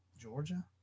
Georgia